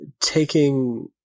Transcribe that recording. taking